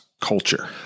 culture